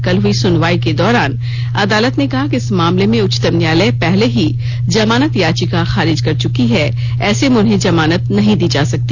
कल हुई सुनवाई के दौरान अदालत ने कहा कि इस मामले में उच्चतम न्यायालय पहले ही जमानत याचिका खारिज कर चुकी है ऐसे में उन्हें जमानत नहीं दी जा सकती